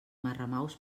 marramaus